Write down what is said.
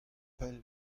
pell